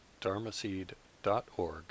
dharmaseed.org